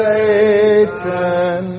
Satan